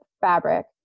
fabric